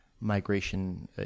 migration